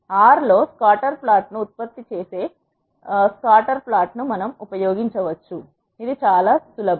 R లో scatter ప్లాట్ను ఉత్పత్తి చేసే స్కాటర్ ప్లాట్ను మనం ఉపయోగించవచ్చు ఇది చాలా సులభం